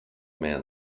man